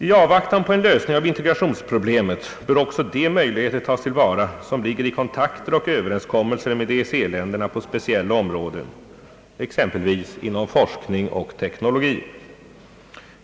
I avvaktan på en lösning av integrationsproblemet bör också de möjligheter tas till vara som ligger i kontakter och överenskommelser med EEC länderna på speciella områden exempelvis inom forskning och teknologi.